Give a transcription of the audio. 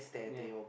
yea